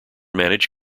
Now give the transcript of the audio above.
manage